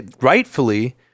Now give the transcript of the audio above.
rightfully